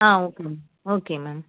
ah okay ma'am okay ma'am